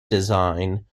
design